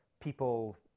people